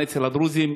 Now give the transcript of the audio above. גם אצל הדרוזים.